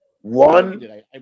One